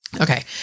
Okay